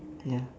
ya